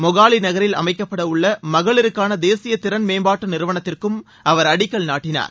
மொஹாலி நகரில் அமைக்கப்படவுள்ள மகளிருக்கான தேசிய திறன் மேம்பாட்டு நிறுவனத்திற்கும் அவா அடிக்கல் நாட்டினார்